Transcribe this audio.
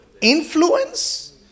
influence